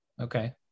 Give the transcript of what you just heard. Okay